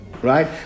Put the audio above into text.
Right